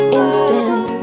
instant